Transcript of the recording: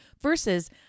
Versus